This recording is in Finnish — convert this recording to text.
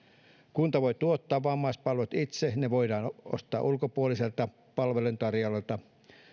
kunta voi tuottaa vammaispalvelut itse ne voidaan ostaa ulkopuoliselta palveluntarjoajalta